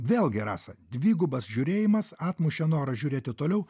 vėlgi rasa dvigubas žiūrėjimas atmušė norą žiūrėti toliau